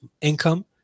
income